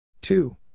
Two